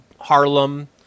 Harlem